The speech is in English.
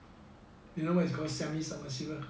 you know what is called semi submersible